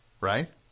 right